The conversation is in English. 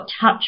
touch